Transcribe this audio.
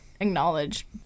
acknowledge